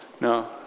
No